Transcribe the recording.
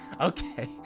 okay